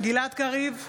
גלעד קריב,